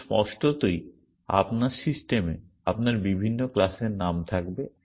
কিন্তু স্পষ্টতই আপনার সিস্টেমে আপনার বিভিন্ন ক্লাসের নাম থাকবে